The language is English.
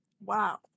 wow